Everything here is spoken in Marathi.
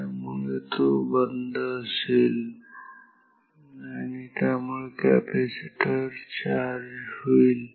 त्यामुळे तो बंद असेल आणि त्यामुळे कॅपॅसिटर चार्ज होईल